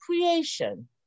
creation